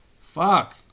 fuck